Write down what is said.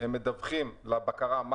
אני מתכבד לפתוח את ישיבת ועדת הכלכלה של הכנסת.